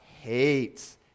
hates